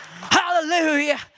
Hallelujah